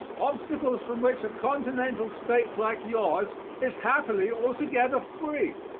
obstacles from which a continental state like yours is happily altogether free.